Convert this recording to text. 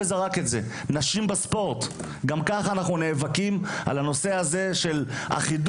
שום מחשבה על מה זה אומר או מה הן ההשלכות של מהלך כזה.